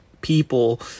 people